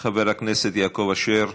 חבר הכנסת יעקב אשר,